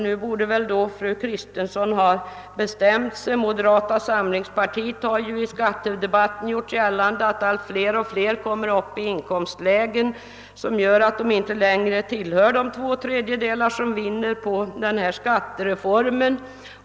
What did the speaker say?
Nu borde väl fru Kristensson ha bestämt sig. Moderata samlingspartiet har ju i skattedebatten gjort gällande att allt fler och fler kommer upp i inkomstlägen som innebär att de inte längre tillhör de två tredjedelar som vinner på den här skattereformen.